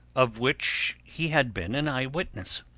of which he had been an eyewitness.